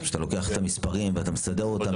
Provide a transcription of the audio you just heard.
כשאתה לוקח את המספרים ואתה מסדר אותם